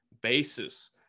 basis